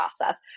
process